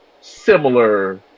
similar